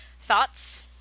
Thoughts